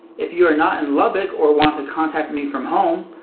if you are not in lubbock or want to contact me from home,